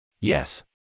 Yes